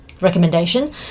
recommendation